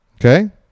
Okay